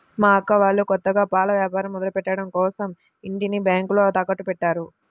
మా అక్క వాళ్ళు కొత్తగా పాల వ్యాపారం మొదలుపెట్టడం కోసరం ఇంటిని బ్యేంకులో తాకట్టుపెట్టారు